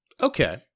okay